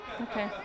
Okay